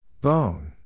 Bone